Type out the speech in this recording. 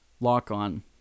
lock-on